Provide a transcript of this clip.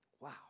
Wow